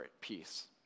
peace